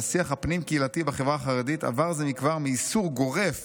והשיח הפנים-קהילתי בחברה החרדית עבר זה מכבר מאיסור גורף